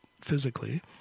physically